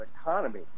economy